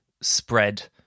spread